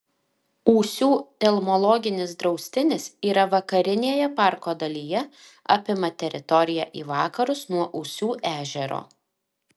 ūsių telmologinis draustinis yra vakarinėje parko dalyje apima teritoriją į vakarus nuo ūsių ežero